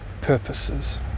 purposes